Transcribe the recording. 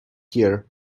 here